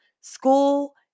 school